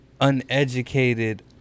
uneducated